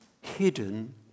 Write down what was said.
hidden